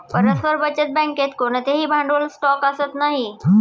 परस्पर बचत बँकेत कोणतेही भांडवल स्टॉक असत नाही